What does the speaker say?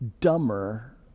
dumber